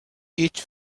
each